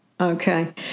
okay